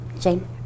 Jane